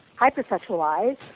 hypersexualized